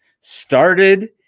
started